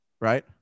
Right